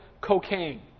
cocaine